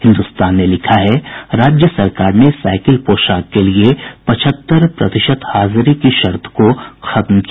हिन्दुस्तान ने लिखा है राज्य सरकार ने साईकिल पोशाक के लिए पचहत्तर प्रतिशत हाजिरी की शर्त को खत्म किया